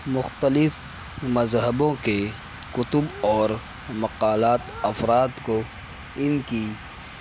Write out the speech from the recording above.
مختلف مذہبوں کے کتب اور مقالات افراد کو ان کی